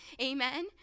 Amen